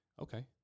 okay